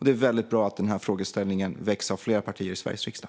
Det är väldigt bra att denna frågeställning väcks av fler partier i Sveriges riksdag.